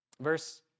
Verse